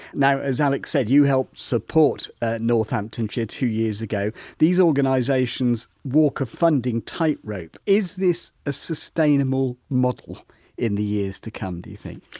now as alex said, you helped support northamptonshire two years ago these organisations walk a funding tightrope, is this a sustainable model in the years to come do you think?